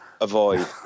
avoid